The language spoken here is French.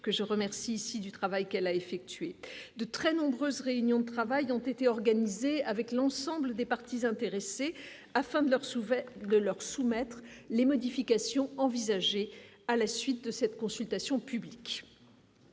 que je remercie ici du travail qu'elle a effectué de très nombreuses réunions de travail ont été organisées avec l'ensemble des parties intéressées afin de leur souverain de leur soumettre les modifications envisagées à la suite de cette consultation publique.